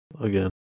Again